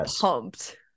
pumped